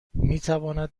میتواند